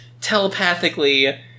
telepathically